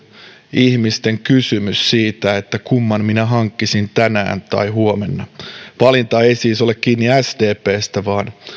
ihmisten kysymys että kumman minä hankkisin tänään tai huomenna valinta ei siis ole kiinni sdpstä vaan